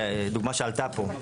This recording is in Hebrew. דוגמה שעלתה פה,